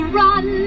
run